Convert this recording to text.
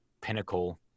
pinnacle